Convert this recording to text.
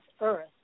earth